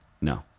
No